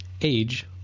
age